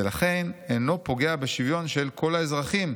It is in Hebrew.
ולכן אינו פוגע בשוויון של כל האזרחים,